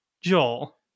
Joel